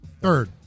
Third